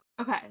okay